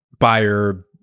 buyer